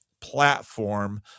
platform